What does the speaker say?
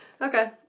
Okay